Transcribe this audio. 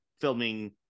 filming